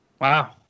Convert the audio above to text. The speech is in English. Wow